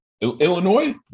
Illinois